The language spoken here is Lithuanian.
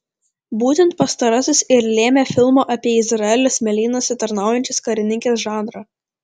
būtent pastarasis ir lėmė filmo apie izraelio smėlynuose tarnaujančias karininkes žanrą